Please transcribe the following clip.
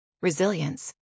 resilience